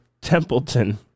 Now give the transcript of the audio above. Templeton